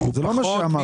פחות זה ברור.